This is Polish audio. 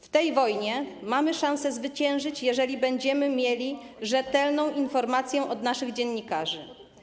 W tej wojnie mamy szansę zwyciężyć, jeżeli będziemy mieli rzetelną informację od naszych dziennikarzy.